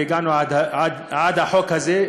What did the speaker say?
והגענו עד החוק הזה,